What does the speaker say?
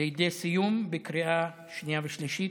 לידי סיום בקריאה שנייה ושלישית.